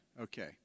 Okay